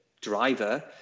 driver